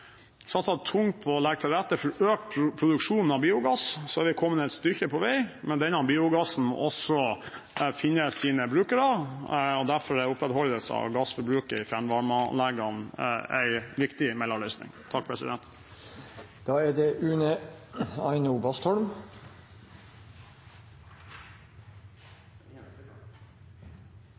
å legge til rette for økt produksjon av biogass, så har vi kommet et stykke på vei. Men denne biogassen må også finne sine brukere, og derfor er opprettholdelse av gassforbruket i fjernvarmeanleggene en viktig mellomløsning. De talere som heretter får ordet, har en taletid på inntil 3 minutter. Det